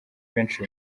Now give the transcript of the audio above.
benshi